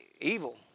evil